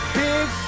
big